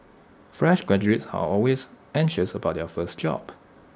fresh graduates are always anxious about their first job